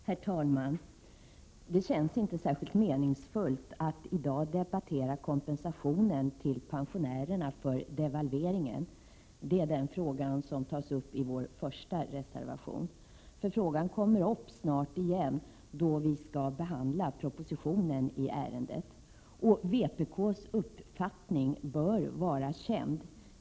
Herr talman! Det känns inte särskilt meningsfullt att i dag debattera kompensationen till pensionärerna för devalveringen — det är den fråga som tas upp i vår första reservation — för den frågan kommer snart upp igen då vi skall behandla propositionen i ärendet. Vpk:s uppfattning bör vara känd.